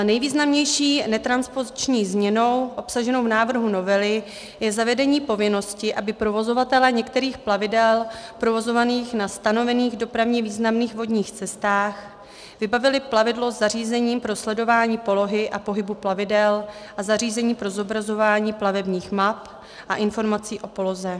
Nejvýznamnější netranspoziční změnou obsaženou v návrhu novely je zavedení povinnosti, aby provozovatelé některých plavidel provozovaných na stanovených dopravně významných vodních cestách vybavili plavidlo zařízením pro sledování polohy a pohybu plavidel a zařízením pro zobrazování plavebních map a informací o poloze.